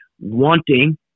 wanting